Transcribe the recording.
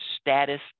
status